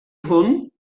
hwn